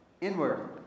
inward